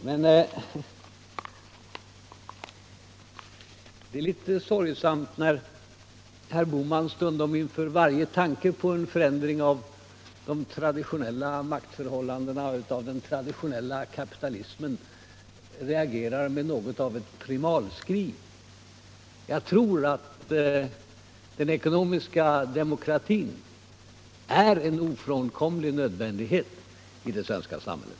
Men det är litet sorgesamt när herr Bohman stundom inför varje tanke på en förändring av de traditionella maktförhållandena och den traditionella kapitalismen reagerar med något av ett primalskri. Jag tror att den ekonomiska demokratin är ofrånkomlig, jag tror att den är en nödvändighet i det svenska samhället.